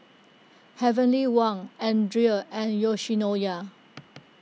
Heavenly Wang Andre and Yoshinoya